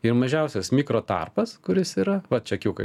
ir mažiausias mikro tarpas kuris yra va čekiuką